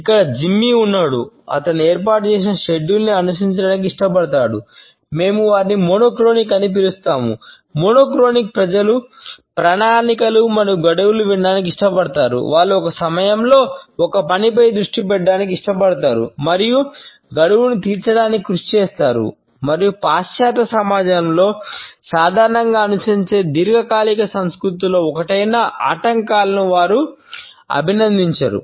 ఇక్కడ జిమ్మీ ప్రజలు ప్రణాళికలు మరియు గడువులను వినడానికి ఇష్టపడతారు వారు ఒక సమయంలో ఒక పనిపై దృష్టి పెట్టడానికి ఇష్టపడతారు మరియు గడువును తీర్చడానికి కృషి చేస్తారు మరియు పాశ్చాత్య సమాజంలో సాధారణంగా అనుసరించే దీర్ఘకాలిక సంస్కృతులలో ఒకటైన ఆటంకాలను వారు అభినందించరు